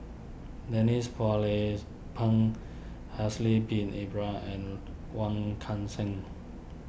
Denise Phua Lay Peng Haslir Bin Ibra and Wong Kan Seng